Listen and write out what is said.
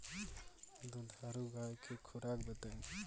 दुधारू गाय के खुराक बताई?